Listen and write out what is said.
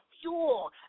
fuel